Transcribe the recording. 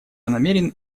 намерен